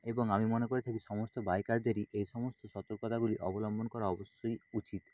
এবং আমি মনে করে থাকি সমস্ত বাইকারদেরই এই সমস্ত সতর্কতাগুলি অবলম্বন করা অবশ্যই উচিত